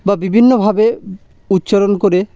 বা বিভিন্নভাবে উচ্চারণ করে